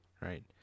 right